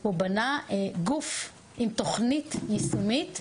הוא בנה גוף עם תוכנית יישומית,